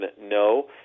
no